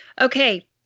Okay